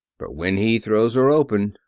but when he throws her open!